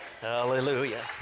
Hallelujah